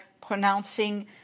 pronouncing